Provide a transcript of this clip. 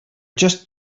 just